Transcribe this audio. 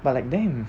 but like damn